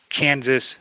Kansas